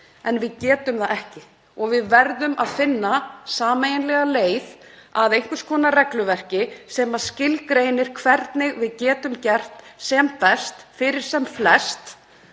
En við getum það ekki og við verðum að finna sameiginlega leið að einhvers konar regluverki sem skilgreinir hvernig við getum gert sem best fyrir sem flest.